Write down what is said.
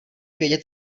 vědět